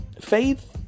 faith